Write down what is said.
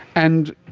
and